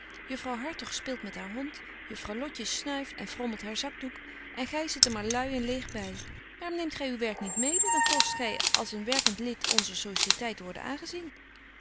juffrouw hartog speelt met haar hond juffrouw lotje snuift en frommelt haar zakdoek en gy zit er maar lui en leeg by waarom neemt gy uw werk niet mede dan kost gy als een werkent lid onzer societeit worden aangezien